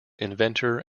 inventor